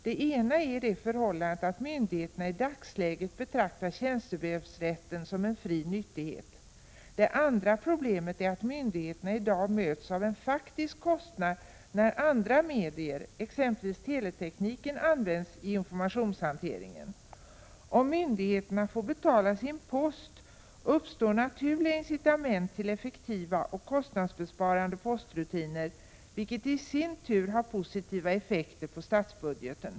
Det ena är det förhållandet att myndigheterna i dagsläget betraktar tjänstebrevsrätten som en fri nyttighet. Det andra problemet är att myndigheterna i dag möts av en faktisk kostnad när andra medier, exempelvis teletekniken, används i informationshanteringen. Om myndigheterna får betala för sin post, uppstår naturliga incitament till effektiva och kostnadsbesparande postrutiner vilket i sin tur har positiva effekter på statsbudgeten.